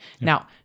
Now